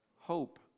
Hope